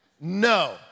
No